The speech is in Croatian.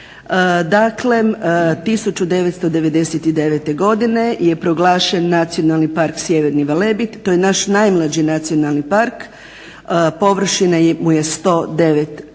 Dakle 1999. godine je proglašen Nacionalni park Sjeverni Velebit, to je naš najmlađi nacionalni park, površina mu je 109